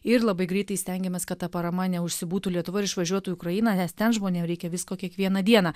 ir labai greitai stengiamės kad ta parama neužsibūtų lietuvoj ir išvažiuotų į ukrainą nes ten žmonėm reikia visko kiekvieną dieną